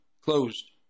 closed